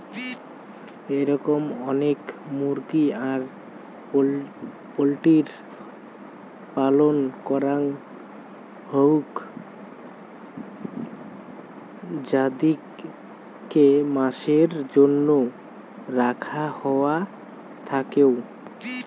এরম অনেক মুরগি আর পোল্ট্রির পালন করাং হউক যাদিরকে মাসের জন্য রাখা হওয়া থাকেঙ